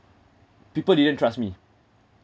people didn't trust me